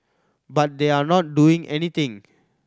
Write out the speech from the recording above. but they are not doing anything